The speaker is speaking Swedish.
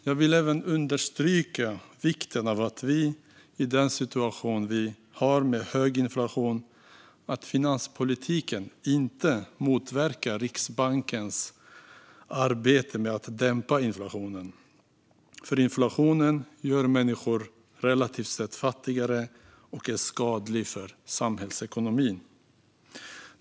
Jag vill även understryka vikten av, i den situation vi har med hög inflation, att finanspolitiken inte motverkar Riksbankens arbete med att dämpa inflationen. Inflation gör människor relativt sett fattigare och är skadligt för samhällsekonomin.